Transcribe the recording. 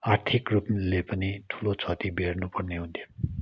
आर्थिक रूपले पनि ठुलो क्षति बेहोर्नु पर्ने हुन्थ्यो